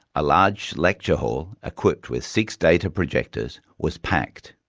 a large lecture hall equipped with six data projectors was packed,